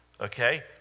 okay